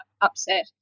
upset